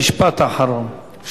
משפט אחרון.